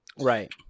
Right